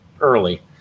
early